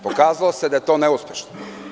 Pokazalo se da je to neuspešno.